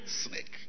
snake